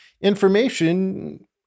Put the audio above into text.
information